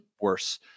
worse